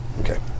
okay